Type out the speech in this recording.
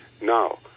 Now